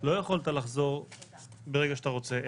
לא יכולת לחזור ברגע שאתה רוצה,